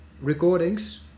recordings